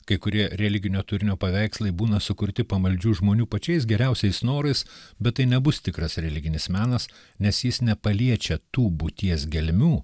kai kurie religinio turinio paveikslai būna sukurti pamaldžių žmonių pačiais geriausiais norais bet tai nebus tikras religinis menas nes jis nepaliečia tų būties gelmių